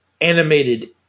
animated